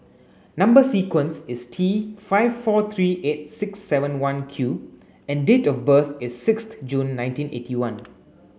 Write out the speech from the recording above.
number sequence is T five four three eight six seven one Q and date of birth is sixth June nineteen eighty one